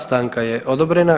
Stanka je odobrena.